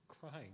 crying